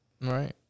Right